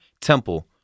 temple